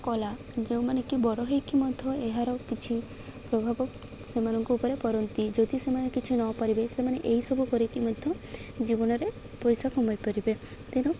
କଳା ଯେଉଁମାନେ କି ବଡ଼ ହେଇକି ମଧ୍ୟ ଏହାର କିଛି ପ୍ରଭାବ ସେମାନଙ୍କ ଉପରେ ପଡ଼ନ୍ତି ଯଦି ସେମାନେ କିଛି ନପାରିବେ ସେମାନେ ଏହିସବୁ କରିକି ମଧ୍ୟ ଜୀବନରେ ପଇସା କମାଇ ପାରିବେ ତେଣୁ